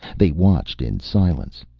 they watched in silence.